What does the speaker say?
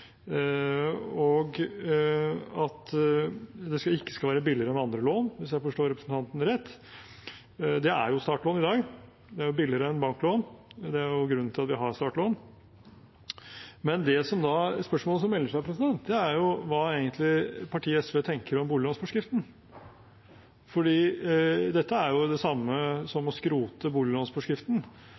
og at det ikke skal være billigere enn andre lån, hvis jeg forsto representanten rett. Det er jo startlån i dag. Det er billigere enn banklån. Det er også grunnen til at vi har startlån. Men spørsmålet som melder seg, er egentlig hva partiet SV tenker om boliglånsforskriften. Dette er jo det samme som å skrote boliglånsforskriften.